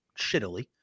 shittily